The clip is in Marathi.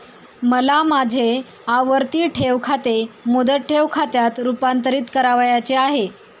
मला माझे आवर्ती ठेव खाते मुदत ठेव खात्यात रुपांतरीत करावयाचे आहे